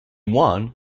won